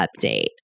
update